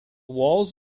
walls